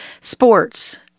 sports